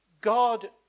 God